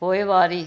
पोइवारी